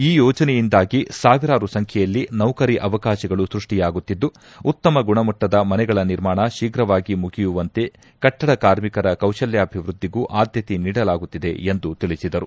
ಈ ಯೋಜನೆಯಿಂದಾಗಿ ಸಾವಿರಾರು ಸಂಖ್ಯೆಯಲ್ಲಿ ನೌಕರಿ ಅವಕಾಶಗಳು ಸೃಷ್ಷಿಯಾಗುತ್ತಿದ್ದು ಉತ್ತಮ ಗುಣಮಟ್ಟದ ಮನೆಗಳ ನಿರ್ಮಾಣ ಶೀಘ್ರವಾಗಿ ಮುಗಿಯುವಂತೆ ಕಟ್ಟಡ ಕಾರ್ಮಿಕರ ಕೌಶಲ್ಯಾಭಿವೃದ್ದಿಗೂ ಆದ್ಯತೆ ನೀಡಲಾಗುತ್ತಿದೆ ಎಂದು ತಿಳಿಸಿದರು